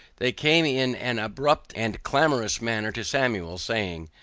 they came in an abrupt and clamorous manner to samuel, saying,